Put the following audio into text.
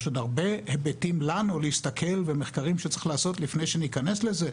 יש לנו עוד הרבה היבטים להסתכל ומחקרים שצריך לעשות לפני שניכנס לזה,